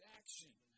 action